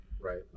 Right